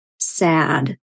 sad